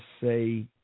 say